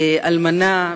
אלמנה,